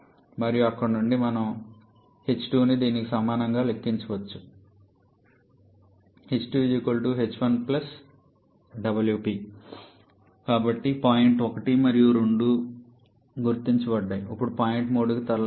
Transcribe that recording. మరియు అక్కడ నుండి మనం h2ని దీనికి సమానంగా లెక్కించవచ్చు కాబట్టి పాయింట్లు 1 మరియు 2 గుర్తించబడ్డాయి ఇప్పుడు పాయింట్ 3కి తరలించండి